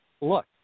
look